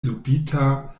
subita